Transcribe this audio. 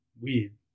weird